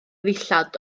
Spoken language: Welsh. ddillad